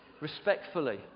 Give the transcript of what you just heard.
respectfully